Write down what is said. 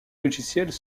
logiciels